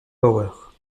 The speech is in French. power